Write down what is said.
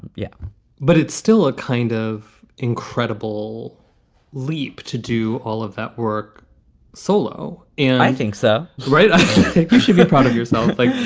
yeah but it's still a kind of incredible leap to do all of that work solo. and i think so. right. i think you should be proud of yourself. i